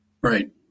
Right